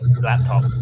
laptop